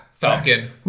Falcon